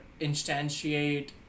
instantiate